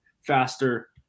faster